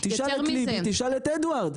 תשאל את ליבי ותשאל את אדוארד.